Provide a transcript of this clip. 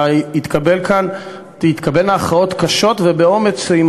ותתקבלנה כאן באומץ הכרעות קשות,